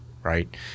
Right